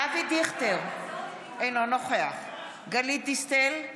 אבי דיכטר, אינו נוכח גלית דיסטל אטבריאן,